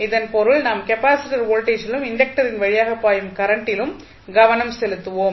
இதன் பொருள் நாம் கெப்பாசிட்டர் வோல்டேஜிலும் இண்டக்டரின் வழியாக பாயும் கரண்டிலும் கவனம் செலுத்துவோம்